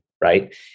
right